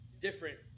different